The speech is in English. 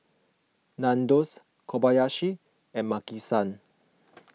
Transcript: Nandos Kobayashi and Maki San